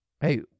Hey